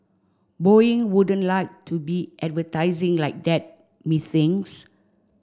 boeing wouldn't like to be advertising like that methinks